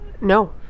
No